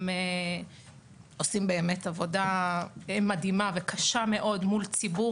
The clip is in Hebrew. הם עושים עבודה מדהימה וקשה מאוד מול ציבור